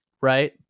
Right